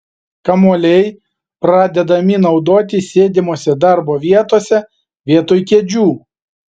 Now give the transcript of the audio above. kamuoliai pradedami naudoti sėdimose darbo vietose vietoj kėdžių